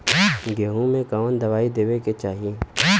गेहूँ मे कवन दवाई देवे के चाही?